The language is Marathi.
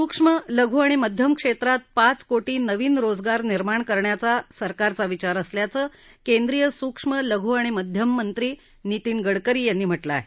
सुक्ष्म लघू आणि मध्यम उद्योग क्षेत्रात पाच कोटी नवीन रोजगार निर्माण करण्याचा सरकारचा विचार असल्याचं केंद्रीय सुक्ष्म लघू आणि उद्योगमंत्री नितीन गडकरी यांनी म्हटलं आहे